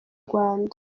rwanda